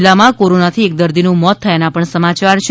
જિલ્લામાં કોરોનાથી એક દર્દીનું મોત થયાના સમાચાર છે